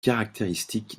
caractéristique